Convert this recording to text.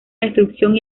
destrucción